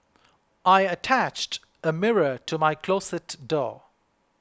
I attached a mirror to my closet door